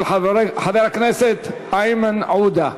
של חבר הכנסת איימן עודה.